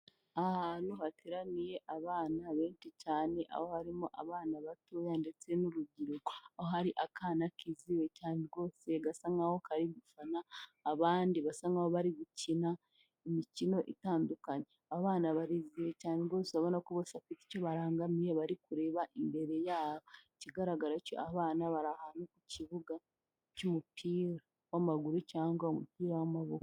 Ahantu hateraniye abana benshi cyane, aho harimo abana batoya ndetse n'urubyiruko. Aho hari akana kizihiwe cyane rwose gasa nkaho kari gufana, abandi basa nkaho bari gukina imikino itandukanye. Abana barizihiwe cyane rwose urabona ko bose bafite icyo barangamiye bari kureba imbere yabo. Ikigaragara cyo abana bari ahantu ku kibuga cy'umupira w'amaguru cyangwa umupira w'amaboko.